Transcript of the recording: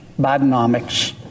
Bidenomics